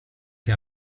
che